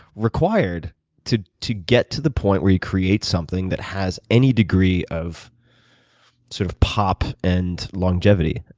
required to to get to the point where you create something that has any degree of sort of pop and longevity.